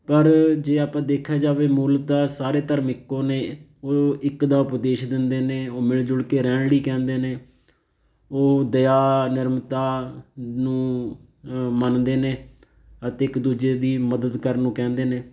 ਪਰ ਜੇ ਆਪਾਂ ਦੇਖਿਆ ਜਾਵੇ ਮੂਲ ਤਾਂ ਸਾਰੇ ਧਰਮ ਇੱਕੋ ਨੇ ਉਹ ਇੱਕ ਦਾ ਉਪਦੇਸ਼ ਦਿੰਦੇ ਨੇ ਉਹ ਮਿਲ ਜੁਲ ਕੇ ਰਹਿਣ ਲਈ ਕਹਿੰਦੇ ਨੇ ਉਹ ਦਇਆ ਨਿਮਰਤਾ ਨੂੰ ਮੰਨਦੇ ਨੇ ਅਤੇ ਇੱਕ ਦੂਜੇ ਦੀ ਮਦਦ ਕਰਨ ਨੂੰ ਕਹਿੰਦੇ ਨੇ